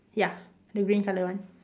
ya the green colour one